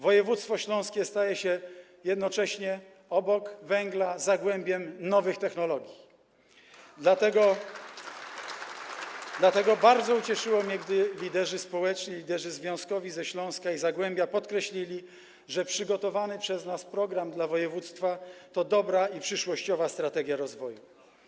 Województwo śląskie staje się jednocześnie, obok węgla, zagłębiem nowych technologii, dlatego bardzo ucieszyło mnie, gdy liderzy społeczni, liderzy związkowi ze Śląska i Zagłębia podkreślili, że przygotowany przez nas program dla województwa to dobra i przyszłościowa strategia rozwoju.